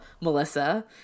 Melissa